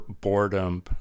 boredom